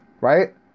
Right